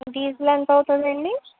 దీంట్లో ఎంతవుతుందండి